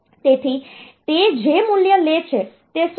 તેથી તે જે મૂલ્ય લે છે તે શું છે